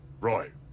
Right